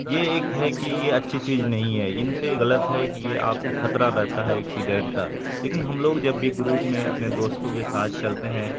یہ ایک ہے کہ یہ اچھی چیز نہیں ہے ان سے غلط ہے کہ یہ آپ خطرہ رہتا ہے ایکسیڈنٹ کا لیکن ہم لوگ جب بھی گروپ میں اپنے دوستوں کے ساتھ چلتے ہیں